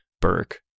Burke